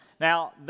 Now